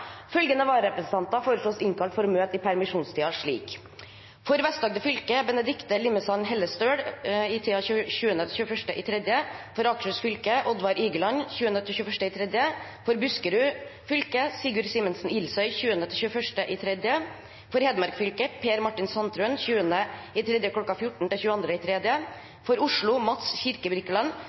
Følgende vararepresentanter innkalles for å møte i permisjonstiden: For Vest-Agder fylke: Benedichte Limmesand Hellestøl 20.–21. mars For Akershus fylke: Oddvar Igland 20.–21. mars For Buskerud fylke: Sigrid Simensen Ilsøy 20.–21. mars For Hedmark fylke: Per Martin Sandtrøen 20. mars kl. 14–21. mars For Oslo: Mats Kirkebirkeland